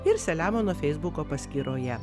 ir selemono feisbuko paskyroje